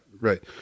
right